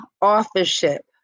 authorship